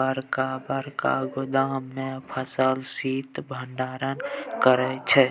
बरका बरका गोदाम मे फसलक शीत भंडारण करै छै